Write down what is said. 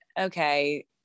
okay